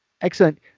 Excellent